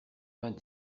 vingt